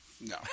No